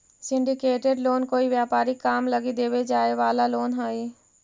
syndicated loan कोई व्यापारिक काम लगी देवे जाए वाला लोन हई